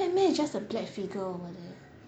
batman is just a black figure over there